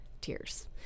Tears